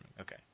Okay